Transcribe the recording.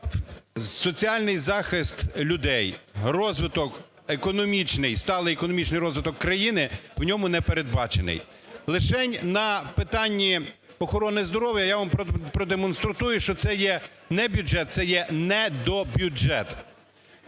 Соціальний захист людей, розвиток економічний, сталий економічний розвиток країни в ньому не передбачений. Лишень на питанні охорони здоров'я я вам продемонструю, що це є не бюджет, це є недобюджет.